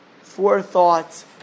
forethought